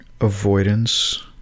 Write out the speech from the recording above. avoidance